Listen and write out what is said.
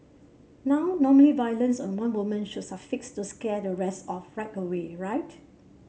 now normally violence on one woman should to scare the rest off right away right